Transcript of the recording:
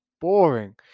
boring